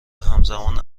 همزمان